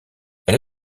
elle